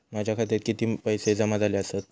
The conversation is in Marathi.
माझ्या खात्यात किती पैसे जमा झाले आसत?